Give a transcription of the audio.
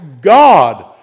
God